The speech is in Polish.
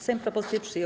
Sejm propozycję przyjął.